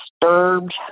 disturbed